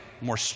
more